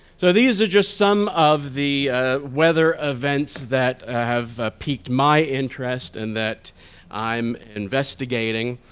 so these are just some of the weather events that have picked my interest and that i'm investigating.